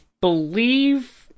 believe